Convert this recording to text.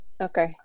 Okay